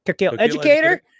educator